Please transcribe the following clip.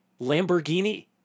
lamborghini